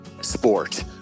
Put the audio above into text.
sport